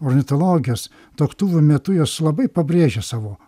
ornitologijos tuoktuvių metu jos labai pabrėžia savo